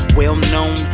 well-known